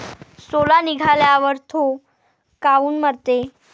सोला निघाल्यावर थो काऊन मरते?